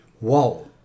wow